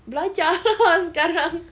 belajar lah sekarang